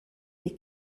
les